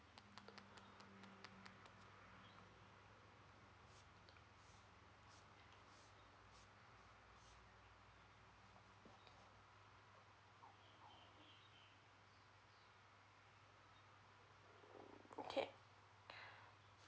okay